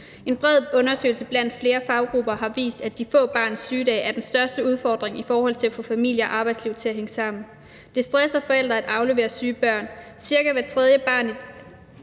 En bred undersøgelse blandt flere faggrupper har vist, at de få barns sygedage er den største udfordring i forhold til at få familie- og arbejdsliv til at hænge sammen. Det stresser forældrene at aflevere syge børn. Cirka hver tredje ansatte i